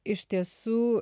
iš tiesų